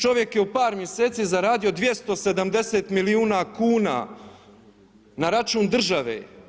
Čovjek je u par mjeseci zaradio 270 milijuna kuna na račun države.